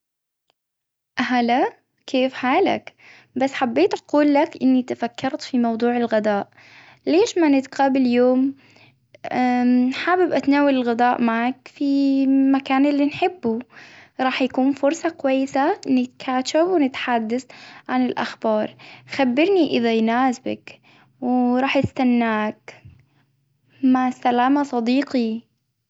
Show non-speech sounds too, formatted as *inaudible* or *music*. هلا كيف حالك؟ بس حبيت أقول لك إني تفكرت في موضوع الغداء، ليش ما نتقابل يوم؟ *hesitation* حابب أتناول الغداء معك في مكان اللي نحبه، راح يكون فرصة كويسة للكاتشب ونتحدث عن الاخبار، خبرني إذا يناسبك، *hesitation* وراح يستناك، مع السلامة صديقي.